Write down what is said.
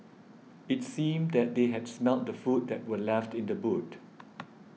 it seemed that they had smelt the food that were left in the boot